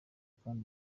kandi